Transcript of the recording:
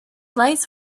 lights